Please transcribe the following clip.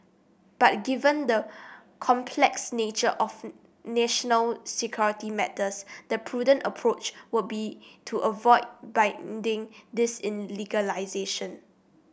but given the complex nature of national security matters the prudent approach would be to avoid binding this in legislation